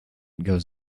goes